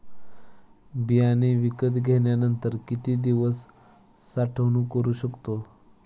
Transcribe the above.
बियाणे विकत घेतल्यानंतर किती दिवस साठवणूक करू शकतो?